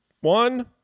one